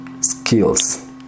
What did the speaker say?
skills